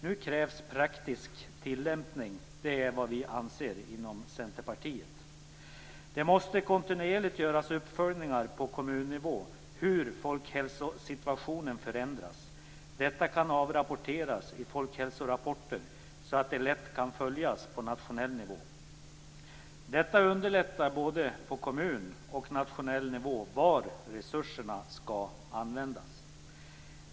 Nu krävs praktisk tillämpning, anser vi i Centerpartiet. Det måste kontinuerligt göras uppföljningar på kommunnivå av hur folkhälsosituationen förändras. Detta kan avrapporteras i folkhälsorapporter så att det lätt kan följas på nationell nivå. Det underlättar både på kommunal och på nationell nivå i fråga om var resurserna skall användas.